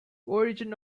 origin